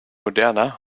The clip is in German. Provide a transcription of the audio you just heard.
moderner